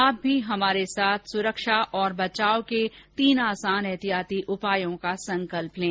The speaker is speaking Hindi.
आप भी हमारे साथ सुरक्षा और बचाव के तीन आसान एहतियाती उपायों का संकल्प लें